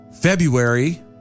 February